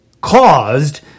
caused